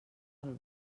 del